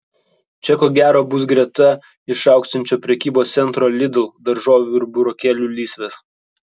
čia ko gero bus greta išaugsiančio prekybos centro lidl daržovių ir burokėlių lysvės